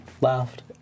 laughed